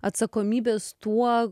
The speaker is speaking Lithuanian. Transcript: atsakomybės tuo